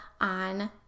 on